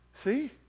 See